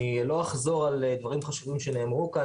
אני לא אחזור על דברים חשובים שנאמרו כאן